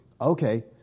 Okay